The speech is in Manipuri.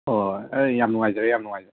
ꯍꯣꯏ ꯍꯣꯏ ꯌꯥꯝ ꯅꯨꯡꯉꯥꯏꯖꯔꯦ ꯌꯥꯝ ꯅꯨꯡꯉꯥꯏꯖꯔꯦ